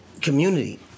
community